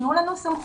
תנו לנו סמכויות,